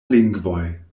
lingvoj